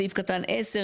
סעיף קטן (10),